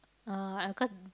uh I ka~